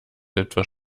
etwas